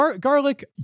Garlic